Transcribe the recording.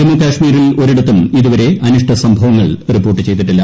ജമ്മുകാശ്മീരിൽ ഒരിടത്തും ഇതുവരെ അനിഷ്ട സംഭവങ്ങൾ റിപ്പോർട്ട് ചെയ്തിട്ടില്ല